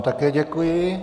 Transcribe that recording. Také děkuji.